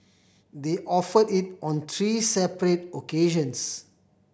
they offered it on three separate occasions